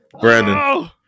Brandon